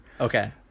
Okay